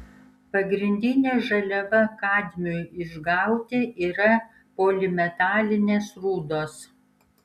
pagrindinė žaliava kadmiui išgauti yra polimetalinės rūdos